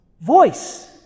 voice